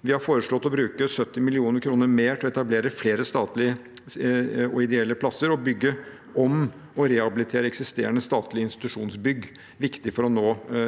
Vi har foreslått å bruke 70 mill. kr mer til å etablere flere statlige og ideelle plasser og bygge om og rehabilitere eksisterende statlige institusjonsbygg. Det er viktig for å nå